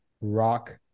rock